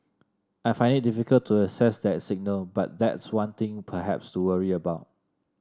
I find it difficult to assess that signal but that's one thing perhaps to worry about